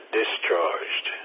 discharged